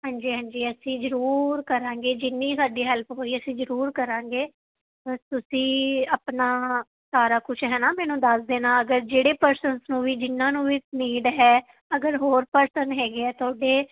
ਹਾਂਜੀ ਹਾਂਜੀ ਅਸੀਂ ਜ਼ਰੂਰ ਕਰਾਂਗੇ ਜਿੰਨੀ ਸਾਡੀ ਹੈਲਪ ਹੋਈ ਅਸੀਂ ਜ਼ਰੂਰ ਕਰਾਂਗੇ ਪਰ ਤੁਸੀਂ ਆਪਣਾ ਸਾਰਾ ਕੁਝ ਹੈ ਨਾ ਮੈਨੂੰ ਦੱਸ ਦੇਣਾ ਅਗਰ ਜਿਹੜੇ ਪਰਸਨਸ ਨੂੰ ਵੀ ਜਿਨ੍ਹਾਂ ਨੂੰ ਵੀ ਨੀਡ ਹੈ ਅਗਰ ਹੋਰ ਪਰਸਨ ਹੈਗੇ ਹੈ ਤੁਹਾਡੇ